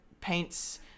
paints